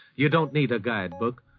you don't need a guide book.